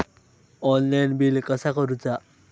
Online bill कसा करुचा?